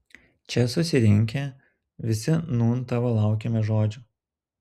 čia susirinkę visi nūn tavo laukiame žodžio